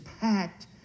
packed